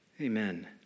Amen